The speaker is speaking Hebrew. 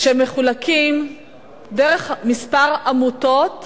שמחולקים דרך כמה עמותות